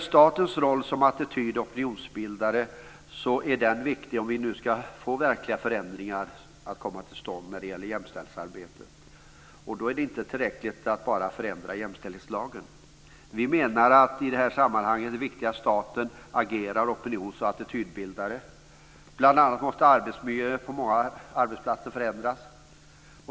Statens roll som attityd och opinionsbildare är viktig om vi nu ska få till stånd verkliga förändringar när det gäller jämställdhetsarbetet. Det är inte tillräckligt att bara förändra jämställdhetslagen. Vi menar att det i det här sammanhanget är viktigt att staten agerar som opinions och attitydbildare. Bl.a. måste arbetsmiljön på många arbetsplatser förändras.